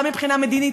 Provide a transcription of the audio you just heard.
גם מבחינה מדינית,